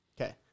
Okay